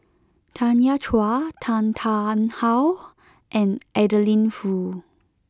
Tanya Chua Tan Tarn How and Adeline Foo